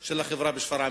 של החברה בשפרעם.